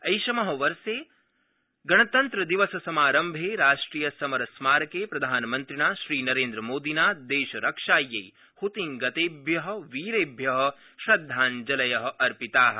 ऐषम वर्षे गणतन्त्रदिवससमारम्भे राष्ट्रिय समरस्मारके प्रधानमन्त्रिणा श्रीनरेन्द्रमोदिना देशरक्षायै हतिंगतेभ्यः वीरेभ्यः श्रद्धाञ्जलयः अर्पिताः